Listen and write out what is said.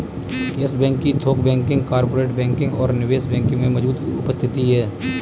yes Bank की थोक banking, corporate banking और निवेश बैंकिंग में मजबूत उपस्थिति है